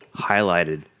highlighted